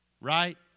Right